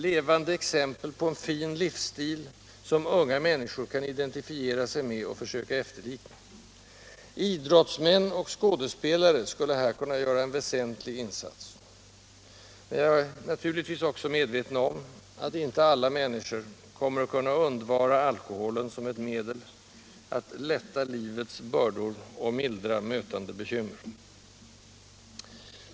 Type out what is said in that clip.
— levande exempel på en fin livsstil, som unga människor kan identifiera sig med och försöka efterlikna. Idrottsmän och skådespelare skulle här kunna göra en väsentlig insats. Men jag är naturligtvis också medveten om att inte alla människor kommer att kunna undvara alkoholen som ett medel att ”lätta livets bördor och mildra mötande bekymmer”.